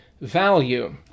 value